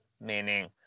Meaning